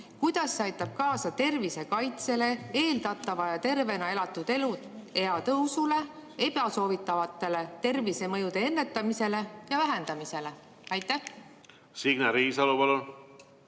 Kuidas see aitab kaasa tervise kaitsele, eeldatava ja tervena elatud eluea tõusule, ebasoovitavate tervisemõjude ennetamisele ja vähendamisele? Ma tänan, austatud